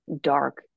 dark